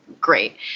great